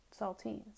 saltines